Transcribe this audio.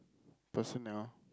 personnel